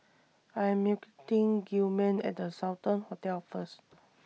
I Am meeting Gilman At The Sultan Hotel First